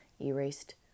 erased